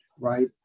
right